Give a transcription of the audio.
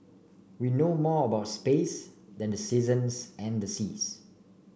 we know more about space than the seasons and the seas